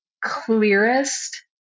clearest